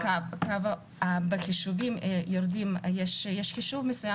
יש חישוב מסוים